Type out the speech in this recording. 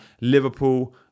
Liverpool